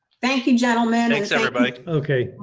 thank you, gentlemen. thanks, everybody. okay.